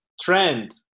trend